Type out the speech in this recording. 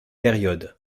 période